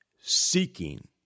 seeking